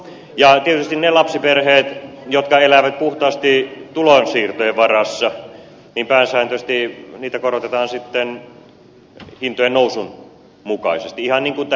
ja tietysti niiden lapsiperheiden osalta jotka elävät puhtaasti tulonsiirtojen varassa pääsääntöisesti tulonsiirtoja korotetaan hintojen nousun mukaisesti ihan niin kuin tähänkin saakka